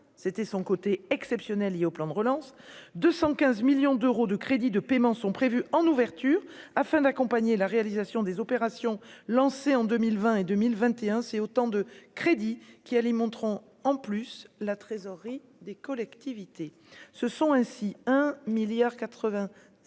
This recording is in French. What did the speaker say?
c'était son côté exceptionnelles liées au plan de relance de 115 millions d'euros de crédits de paiement sont prévus en ouverture afin d'accompagner la réalisation des opérations lancées en 2020 et 2021, c'est autant de crédit qui allait monteront en plus la trésorerie des collectivités se sont ainsi un milliard